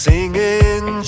Singing